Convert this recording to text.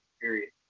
period